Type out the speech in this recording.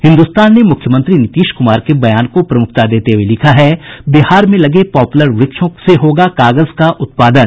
हिन्दुस्तान ने मुख्यमंत्री नीतीश कुमार के बयान को प्रमुखता देते हुए लिखा है बिहार में लगे पॉपुलर वृक्षों से होगा कागज का उत्पादन